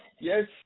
Yes